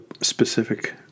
specific